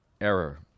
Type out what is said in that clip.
error